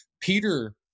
Peter